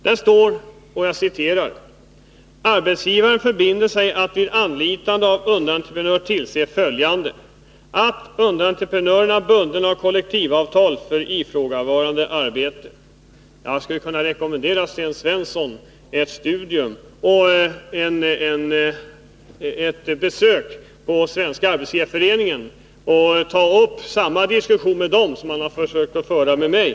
I installationsavtalet står det: ”Arbetsgivaren förbinder sig att vid anlitande av underentreprenör tillse följande: Jag skulle vilja rekommendera Sten Svensson att studera det här avtalet och också att besöka Svenska arbetsgivareföreningen och där ta upp samma diskussion som han har försökt att föra med mig.